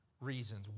reasons